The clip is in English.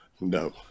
No